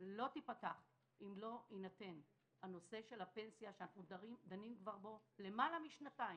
לא תיפתח אם לא יינתן הנושא של הפנסיה שאנחנו דנים בו למעלה משנתיים.